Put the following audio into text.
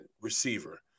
receiver